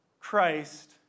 Christ